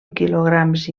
quilograms